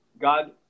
god